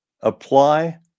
apply